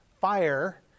fire